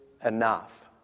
enough